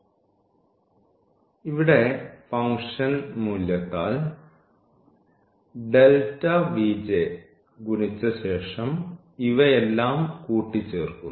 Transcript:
അതിനാൽ ഇവിടെ ഫംഗ്ഷൻ മൂല്യത്താൽ ഗുണിച്ച ശേഷം ഇവയെല്ലാം കൂട്ടിച്ചേർക്കുന്നു